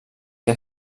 que